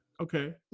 Okay